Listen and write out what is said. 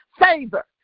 Favor